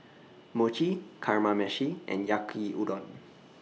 Mochi Kamameshi and Yaki Udon